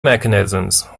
mechanisms